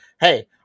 hey